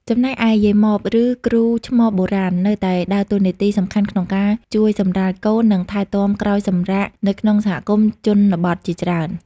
ចំណែកឯ យាយម៉ម ឬ គ្រូឆ្មបបុរាណ នៅតែដើរតួនាទីសំខាន់ក្នុងការជួយសម្រាលកូន និងថែទាំក្រោយសម្រាលនៅក្នុងសហគមន៍ជនបទជាច្រើន។